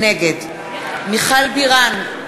נגד מיכל בירן,